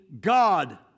God